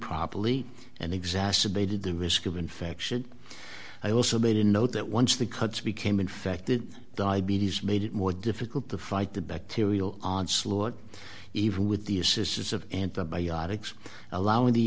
properly and exacerbated the risk of infection i also made a note that once the cuts became infected diabetes made it more difficult to fight the bacterial onslaught even with the assistance of antibiotics allowing the